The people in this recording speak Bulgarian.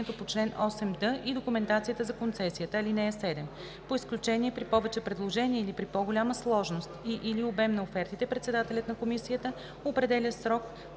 по чл. 8д, и документацията за концесията. (7) По изключение при повече предложения или при по-голяма сложност и/или обем на офертите председателят на комисията определя срок